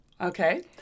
Okay